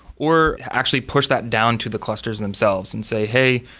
or actually push that down to the clusters themselves and say, hey,